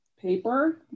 Paper